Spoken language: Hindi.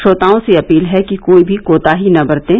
श्रोताओं से अपील है कि कोई भी कोताही न बरतें